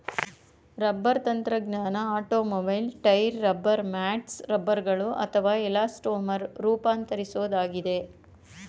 rubber ತಂತ್ರಜ್ಞಾನ automobile tyre rubber mats ರಬ್ಬರ್ಗಳು ಅಥವಾ ಎಲಾಸ್ಟೊಮರ್ ರೂಪಾಂತರಿಸೋದಾಗಿದೆ